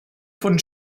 von